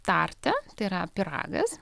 tarte tai yra pyragas